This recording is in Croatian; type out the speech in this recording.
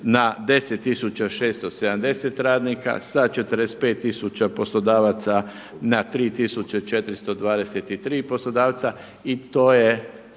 na 10670 radnika sa 45000 poslodavaca na 3423 poslodavca i to je